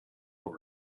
were